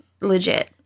legit